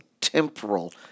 temporal